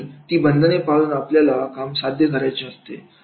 आणि ती बंधने पाळून आपल्याला काम साध्य करायचे असते